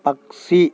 పక్షి